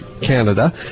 Canada